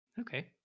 Okay